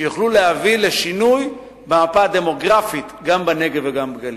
שיוכלו להביא לשינוי המפה הדמוגרפית גם בנגב וגם בגליל.